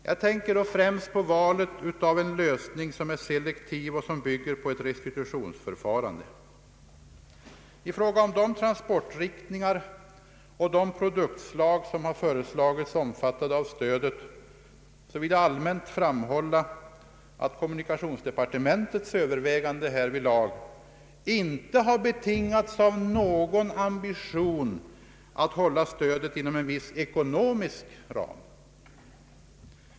Jag tänker främst på valet av en lösning som är selektiv och som bygger på ett restitutionsförfarande. I fråga om de transportriktningar och de produktslag som har föreslagits omfattade av stödet vill jag allmänt framhålla att kommunikationsdepartementets övervägande härvidlag inte har betingats av någon ambition att hålla stödet inom en viss ekonomisk ram.